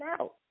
out